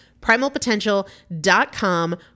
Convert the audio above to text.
Primalpotential.com